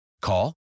Call